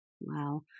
Wow